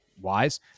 wise